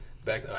Back